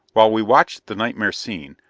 while we watched the nightmare scene,